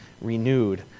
renewed